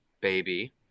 baby